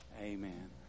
Amen